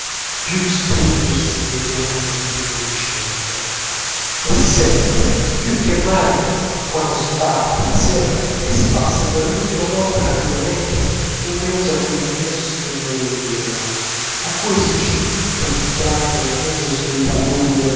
più stringersi il legame che v'unisce a lei e si sente più che mai quando si parte la sera che si passa per l'ultima volta rapidamente in mezzo a quell'immenso splendore dei boulevards a cui succede tutt'a un tratto la mezza oscurità lugubre